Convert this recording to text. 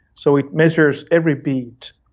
so it measures every beat,